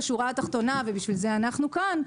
בשורה התחתונה, ובשביל זה אנחנו כאן,